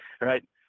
right